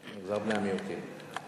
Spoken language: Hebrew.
למגזר בני המיעוטים.